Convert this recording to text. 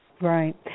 Right